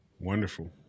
Wonderful